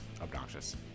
Obnoxious